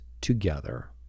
together